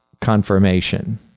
confirmation